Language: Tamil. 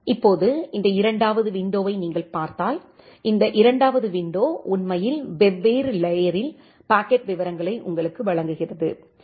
இப்போது இந்த இரண்டாவது விண்டோவை நீங்கள் பார்த்தால் இந்த இரண்டாவது விண்டோ உண்மையில் வெவ்வேறு லேயரில் பாக்கெட் விவரங்களை உங்களுக்கு வழங்குகிறது